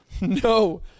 No